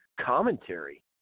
commentary